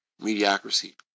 mediocrity